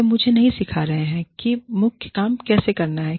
वे मुझे नहीं सिखा रहे हैं कि मुख्य काम कैसे करना है